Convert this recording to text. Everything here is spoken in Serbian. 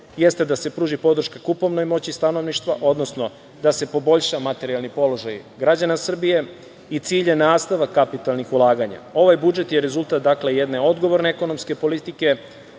jeste da se pruži podrška kupovnoj moći stanovništva, odnosno da se poboljša materijalni položaj građana Srbije i cilj je nastavak kapitalnih ulaganja. Ovaj budžet je rezultat, dakle, jedne odgovorne ekonomske politike,